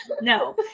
No